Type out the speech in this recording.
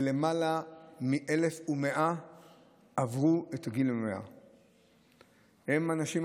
ולמעלה מ-1,100 עברו את גיל 100. הם אנשים,